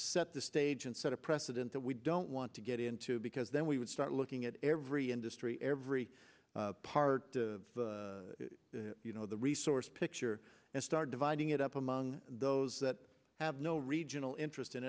set the stage and set a precedent that we don't want to get into because then we would start looking at every industry every part you know the resource picture and start dividing it up among those that have no regional interest in